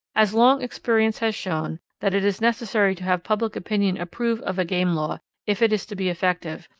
as long experience has shown that it is necessary to have public opinion approve of a game law if it is to be effective,